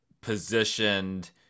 positioned